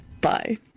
Bye